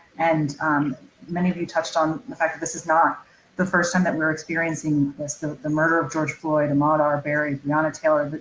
and um many of you touched on the fact that this is not the first time that we're experiencing this. the the murder of george floyd, ahmaud arbery, breonna taylor, but